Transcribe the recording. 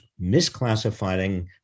misclassifying